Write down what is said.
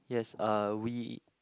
yes uh we